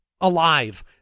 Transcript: alive